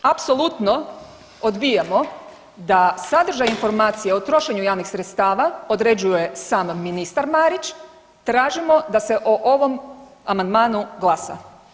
Apsolutno odbijamo da sadržaj informacije o trošenju javnih sredstva određuje sam ministar Marić, tražimo da se o ovom amandmanu glasa.